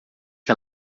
que